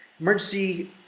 emergency